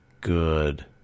good